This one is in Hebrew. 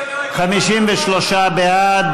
53 בעד,